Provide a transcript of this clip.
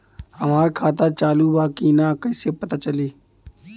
हमार खाता चालू बा कि ना कैसे पता चली?